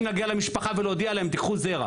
להגיע למשפחה ולהודיע להם תיקחו זרע.